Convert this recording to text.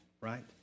right